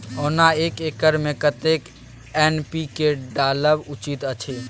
ओना एक एकर मे कतेक एन.पी.के डालब उचित अछि?